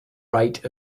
right